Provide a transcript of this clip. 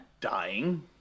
dying